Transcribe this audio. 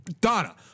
Donna